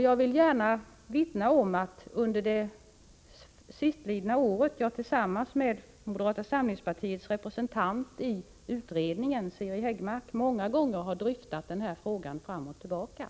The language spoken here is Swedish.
Jag vill gärna vittna om att jag under det sistlidna året tillsammans med moderata samlingspartiets representant i utredningen, Siri Häggmark, många gånger har dryftat den frågan fram och tillbaka.